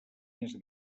més